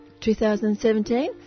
2017